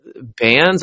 bands